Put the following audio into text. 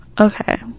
Okay